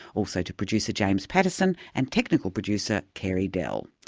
also to producer james pattison and technical producer carey dell.